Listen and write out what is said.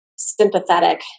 sympathetic